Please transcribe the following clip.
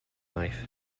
life